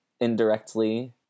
indirectly